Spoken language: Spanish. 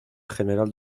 general